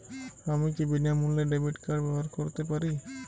আমি কি বিনামূল্যে ডেবিট কার্ড ব্যাবহার করতে পারি?